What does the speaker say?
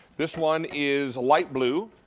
this one is light blue.